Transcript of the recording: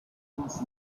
things